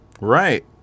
Right